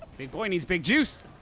big boy needs big juice!